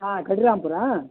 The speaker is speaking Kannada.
ಹಾಂ ಕಡ್ಡಿರಾಂಪುರ